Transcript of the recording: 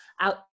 out